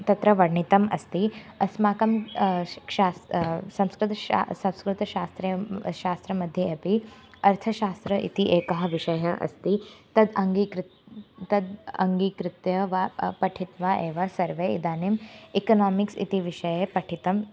तत्र वर्णितम् अस्ति अस्माकं शिक्षाः संस्कृतशास्त्रे संस्कृतशास्त्रे इदं शास्त्रमध्ये अपि अर्थशास्त्रम् इति एकः विषयः अस्ति तद् अङ्गीकृत्य तद् अङ्गीकृत्य वा पठित्वा एव सर्वे इदानीम् एकनोमिक्स् इति विषये पठितं